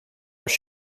als